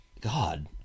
God